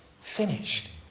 finished